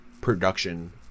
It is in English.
production